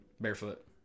Barefoot